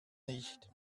nicht